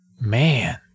Man